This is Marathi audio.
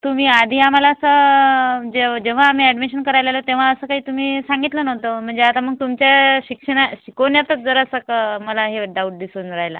तुम्ही आधी आम्हाला असं जेव जेव्हा आम्ही ऍडमिशन करायला आलो तेव्हा असं काही तुम्ही सांगितलं नव्हतं म्हणजे आता मग तुमच्या शिक्षणा शिकवण्यातच जरासं क मला हे डाउट दिसून राहिला